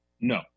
No